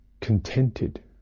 contented